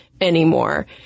anymore